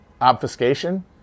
obfuscation